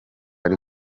ari